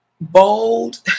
bold